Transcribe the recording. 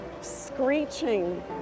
screeching